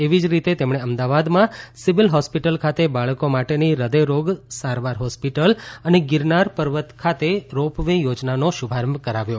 એવી જ રીતે તેમણે અમદાવાદમાં સીવીલ હોસ્પિટલ ખાતે બાળકો માટેની હૃદયરોગ સારવાર હોસ્પિટલ અને ગીરનાર પર્વત ખાતે રો પવે યોજનાનો શુભારંભ કરાવ્યો